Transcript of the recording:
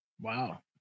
Wow